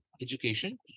Education